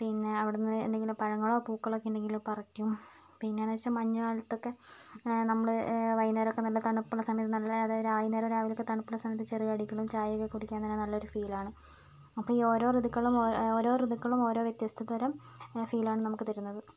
പിന്നെ അവിടുന്ന് എന്തെങ്കിലും പഴങ്ങളോ പൂക്കളോ ഒക്കെ ഉണ്ടെങ്കില് പറിക്കും പിന്നെ എന്ന് വെച്ചാൽ മഞ്ഞ് കാലത്തൊക്കെ നമ്മള് വൈകുന്നേരമൊക്കെ നല്ല തണുപ്പുള്ള സമയം നല്ല അതായത് വൈകുന്നേരം രാവിലെ ഒക്കെ തണുപ്പുള്ള സമയത്ത് ചെറിയ കടികളും ചായയൊക്കെ കുടിക്കാൻ തന്നെ നല്ലൊരു ഫീൽ ആണ് അപ്പം ഈ ഓരോ ഋതുക്കളും ഓരോ ഋതുക്കളും ഓരോ വ്യത്യസ്ത തരം ഫീൽ ആണ് നമുക്ക് തരുന്നത്